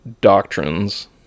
doctrines